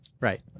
Right